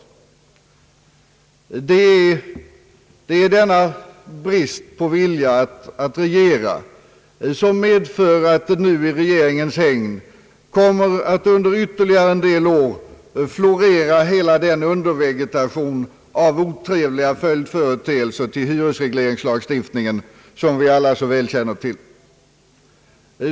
Det är denna brist på vilja att regera som medför att nu i regeringens hägn kommer att ytterligare en del år florera hela den undervegetation av otrevliga följdföreteelser till hyresregleringslagstiftningen som vi alla så väl känner till.